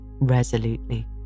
resolutely